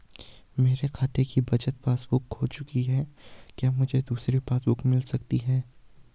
मेरे खाते की बचत पासबुक बुक खो चुकी है क्या मुझे दूसरी पासबुक बुक मिल सकती है?